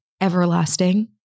everlasting